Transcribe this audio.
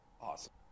Awesome